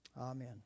Amen